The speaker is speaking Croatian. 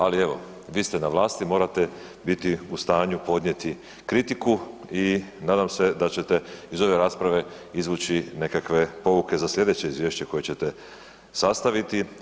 Ali evo, vi ste na vlasti, morate biti u stanju podnijeti kritiku i nadam se da ćete iz ove rasprave izvući nekakve pouke za sljedeće izvješće koje ćete sastaviti.